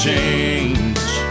change